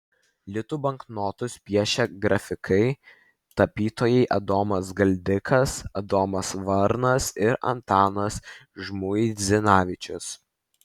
litų banknotus piešė grafikai tapytojai adomas galdikas adomas varnas ir antanas žmuidzinavičius